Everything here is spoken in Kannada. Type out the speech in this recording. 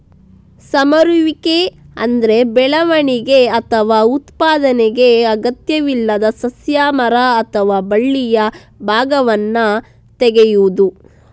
ಸಮರುವಿಕೆ ಅಂದ್ರೆ ಬೆಳವಣಿಗೆ ಅಥವಾ ಉತ್ಪಾದನೆಗೆ ಅಗತ್ಯವಿಲ್ಲದ ಸಸ್ಯ, ಮರ ಅಥವಾ ಬಳ್ಳಿಯ ಭಾಗಗಳನ್ನ ತೆಗೆಯುದು